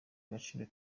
agaciro